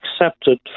accepted